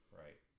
right